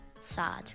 sad